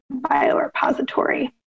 BioRepository